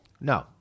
No